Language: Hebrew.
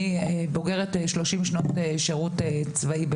אני בוגרת 30 שנות שרות צבאי,